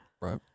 Right